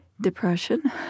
depression